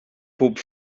pob